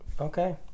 Okay